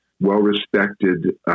well-respected